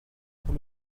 pour